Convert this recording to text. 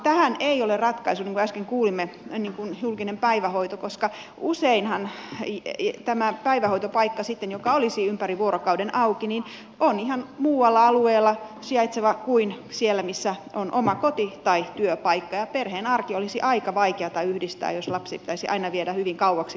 tähän ei ole ratkaisu niin kuin äsken kuulimme julkinen päivähoito koska useinhan tämä päivähoitopaikka joka olisi ympäri vuorokauden auki sijaitsee ihan muulla alueella kuin siellä missä on oma koti tai työpaikka ja perheen arki olisi aika vaikeata yhdistää jos lapsi pitäisi aina viedä hyvin kauaksi kotoa päivähoitoon